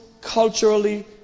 culturally